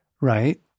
right